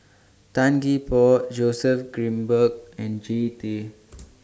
Tan Gee Paw Joseph Grimberg and Jean Tay